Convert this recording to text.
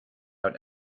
out